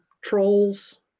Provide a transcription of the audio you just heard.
trolls